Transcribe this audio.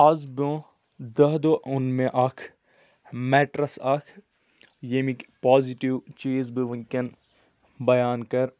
آز برٛونہہ دَہ دۄہ اوٚن مےٚ اَکھ میٚٹرَس اَکھ ییٚمِکۍ پازِٹِو چیٖز بہٕ وٕنکؠن بیان کَرٕ